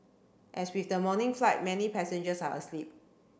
as with the morning flight many passengers are asleep